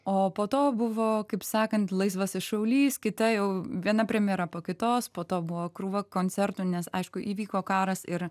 o po to buvo kaip sakant laisvasis šaulys kita jau viena premjera po kitos po to buvo krūva koncertų nes aišku įvyko karas ir